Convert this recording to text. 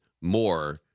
more